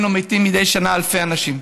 מתים ממנו מדי שנה אלפי אנשים.